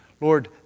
Lord